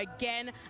again